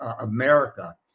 America